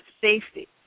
safety